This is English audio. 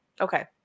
okay